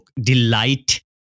delight